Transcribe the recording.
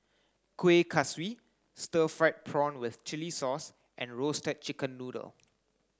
Kuih Kaswi stir fried prawn with chili sauce and roasted chicken noodle